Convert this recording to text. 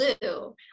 blue